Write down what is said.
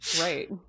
right